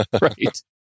Right